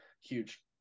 huge